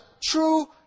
true